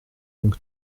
donc